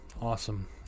Awesome